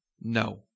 No